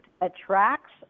attracts